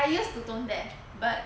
I used to don't dare but